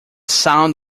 sound